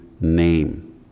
name